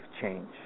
change